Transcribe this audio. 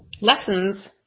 lessons